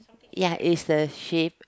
ya it's a shape